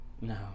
No